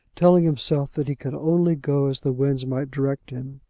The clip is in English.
telling himself that he could only go as the winds might direct him.